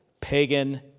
Pagan